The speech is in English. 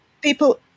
people